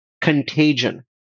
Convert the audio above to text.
contagion